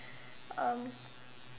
um